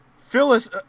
Phyllis